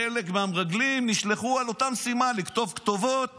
חלק מהמרגלים נשלחו לאותה משימה: לכתוב כתובות